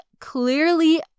clearly